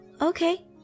Okay